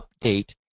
update